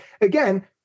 Again